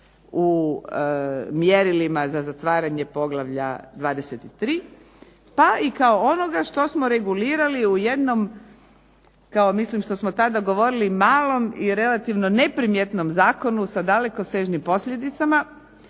u mjerilima za zatvaranje poglavlja 23, pa i kao onoga što smo regulirali u jednom kao mislim što smo tada govorili malom i relativno neprimjetnom zakonu sa dalekosežnim posljedicama,